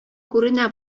күренә